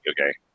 okay